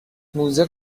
موزه